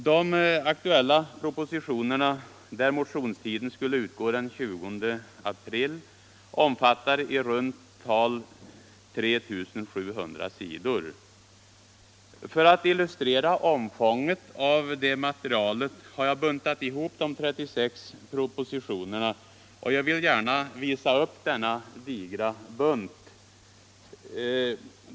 De aktuella propositioner för vilka motionstiden skulle utgå den 20 april omfattar i runt tal 3 700 sidor. För att illustrera omfånget av detta material har jag buntat ihop de 36 propositionerna, och jag vill gärna visa upp denna digra bunt.